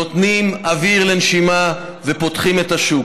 נותנים אוויר לנשימה ופותחים את השוק,